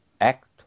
act